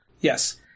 Yes